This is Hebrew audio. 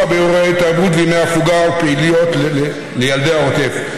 באירועי תרבות וימי הפוגה ופעילויות לילדי העוטף,